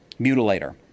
mutilator